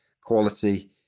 quality